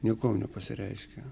niekuom nepasireiškia